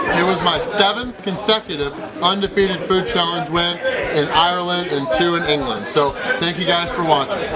it was my seventh consecutive undefeated food challenge win in ireland, and two in england, so thank you guys for watching!